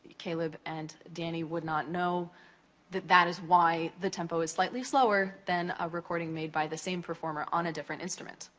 caleb and danny would not know that that is why the tempo is slightly slower than a recording made by the same performer on a different instrument.